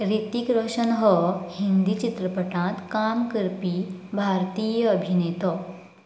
ऋतिक रोशन हो हिंदी चित्रपटांत काम करपी भारतीय अभिनेतो